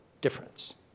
difference